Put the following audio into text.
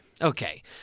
Okay